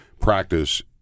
practice